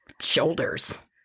shoulders